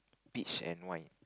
peach and wine